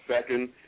second